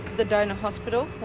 the donor hospital,